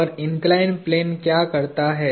और inclined plane क्या करता है